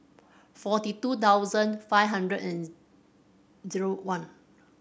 forty two thousand five hundred and zero one